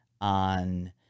on